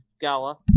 Gala